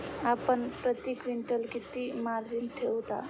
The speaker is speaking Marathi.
आपण प्रती क्विंटल किती मार्जिन ठेवता?